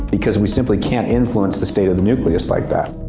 because we simply can't influence the state of the nucleus like that.